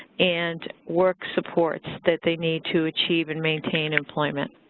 and work supports that they need to achieve and maintain employment.